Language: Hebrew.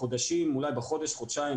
בחודש חודשיים